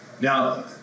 Now